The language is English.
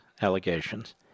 allegations